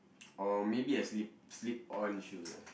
or maybe a slip slip on shoes ah